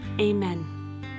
Amen